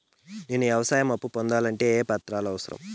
నేను వ్యవసాయం అప్పు పొందాలంటే ఏ ఏ పత్రాలు అవసరం?